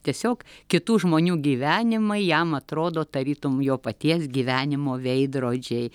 tiesiog kitų žmonių gyvenimai jam atrodo tarytum jo paties gyvenimo veidrodžiai